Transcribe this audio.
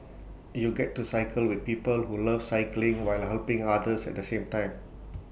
you get to cycle with people who love cycling while helping others at the same time